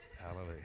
Hallelujah